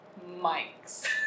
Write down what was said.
mics